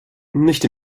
nicht